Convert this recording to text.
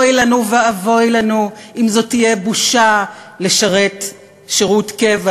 אוי לנו ואבוי לנו אם זאת תהיה בושה לשרת שירות קבע,